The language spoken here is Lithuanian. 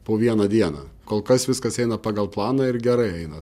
po vieną dieną kol kas viskas eina pagal planą ir gerai eina